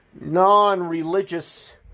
non-religious